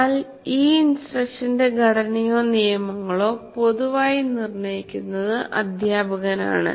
എന്നാൽ ഈ ഇൻസ്ട്രക്ഷന്റെ ഘടനയോ നിയമങ്ങളോ പൊതുവായി നിർണ്ണയിക്കുന്നത് അധ്യാപകനാണ്